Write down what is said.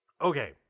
Okay